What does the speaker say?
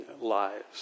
lives